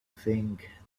think